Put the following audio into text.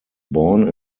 born